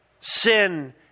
sin